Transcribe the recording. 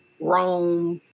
Rome